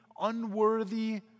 unworthy